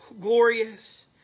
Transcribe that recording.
glorious